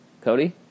Cody